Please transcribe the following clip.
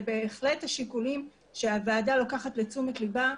בהחלט השיקולים שהוועדה לוקחת לתשומת ליבה.